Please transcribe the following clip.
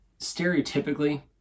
stereotypically